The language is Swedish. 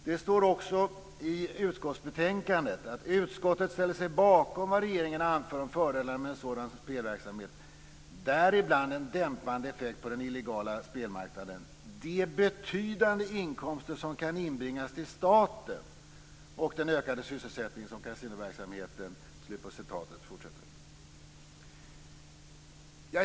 Det står också i utskottsbetänkandet: "Utskottet ställer sig bakom vad regeringen anför om fördelarna med en sådan spelverksamhet, däribland en dämpande effekt på den illegala spelmarknaden, de betydande inkomster som kan inbringas till staten och den ökande sysselsättning som kasinoverksamheten kan bidra till -."